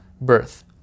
birth